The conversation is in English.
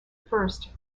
first